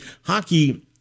hockey –